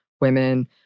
women